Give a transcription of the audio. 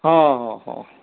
ହଁ ହଁ ହଁ